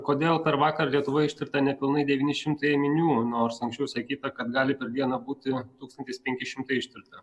kodėl per vakar lietuvoje ištirta nepilnai devyni šimtai ėminių nors anksčiau sakyta kad gali per dieną būti tūkstantis penki šimtai ištirta